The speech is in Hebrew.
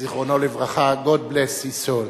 זיכרונו לברכה, God bless his soul.